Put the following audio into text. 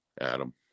Adam